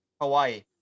hawaii